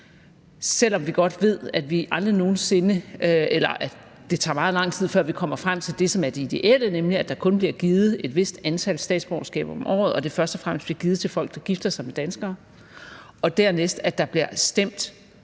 selv om vi godt ved, at det tager meget lang tid, før vi kommer frem til det, som er det ideelle, nemlig at der kun bliver givet et vist antal statsborgerskaber om året, og at det først og fremmest bliver givet til folk, der gifter sig med danskere, og at der dernæst bliver stemt